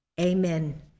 Amen